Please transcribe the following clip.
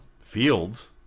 fields